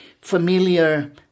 familiar